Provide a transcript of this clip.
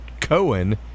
Cohen